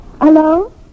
Hello